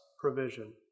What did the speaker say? provision